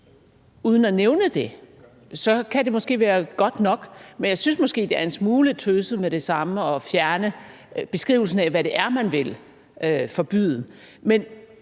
uden at nævne det, kan det måske være godt nok, men jeg synes måske, det er en smule tøset med det samme at fjerne beskrivelsen af, hvad det er, man vil forbyde.